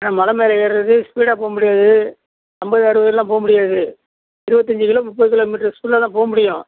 ஏன்னா மலை மேலே ஏறுகிறது ஸ்பீடாக போக முடியாது ஐம்பது அறுபதுலலாம் போகமுடியாது இருபத்தஞ்சி கிலோ முப்பது கிலோ மீட்டர் ஸ்பீடில் தான் போகமுடியும்